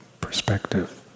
perspective